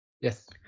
Yes